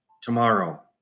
tomorrow